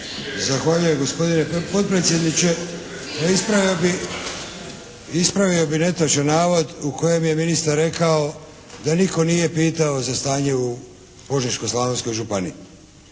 Zahvaljujem gospodine potpredsjedniče. Pa ispravio bih netočan navod u kojem je ministar rekao da nitko nije pitao za stanje u Požeško-slavonskoj županiji.